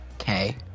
Okay